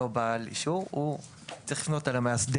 בעל אישור הוא צריך לפנות אל המאסדר